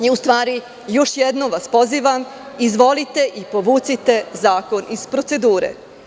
Još jednom vas pozivam, izvolite i povucite zakon iz procedure.